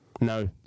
No